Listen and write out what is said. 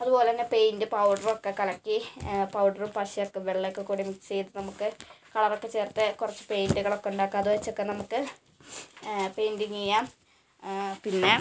അതുപോലെ തന്നെ പെയിൻ്റ് പൗഡറൊക്കെ കലക്കി പൗഡറും പശയൊക്കെ വെള്ളമൊക്കെ കൂടെ മിക്സ് ചെയ്ത് നമുക്ക് കളറൊക്കെ ചേർത്ത് കുറച്ച് പെയിൻ്റുകളൊക്കെ ഉണ്ടാക്കുക അപ്പോൾ അത് വച്ച് നമുക്ക് പെയിൻ്റിങ്ങ് ചെയ്യാം പിന്നെ